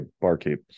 barkeep